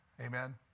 Amen